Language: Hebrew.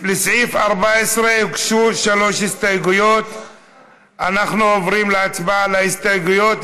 אנחנו עוברים להצבעה על ההסתייגויות.